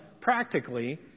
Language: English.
practically